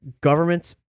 governments